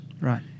Right